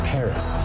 Paris